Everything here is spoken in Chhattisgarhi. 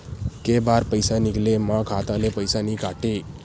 के बार पईसा निकले मा खाता ले पईसा नई काटे?